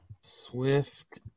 Swift